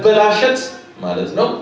but i know